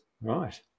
Right